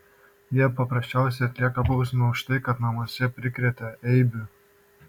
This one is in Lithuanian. jie paprasčiausiai atlieka bausmę už tai kad namuose prikrėtę eibių